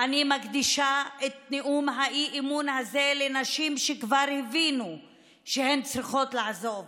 אני מקדישה את נאום האי-אמון הזה לנשים שכבר הבינו שהן צריכות לעזוב,